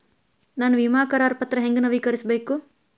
ನನ್ನ ವಿಮಾ ಕರಾರ ಪತ್ರಾ ಹೆಂಗ್ ನವೇಕರಿಸಬೇಕು?